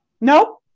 Nope